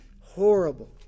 horrible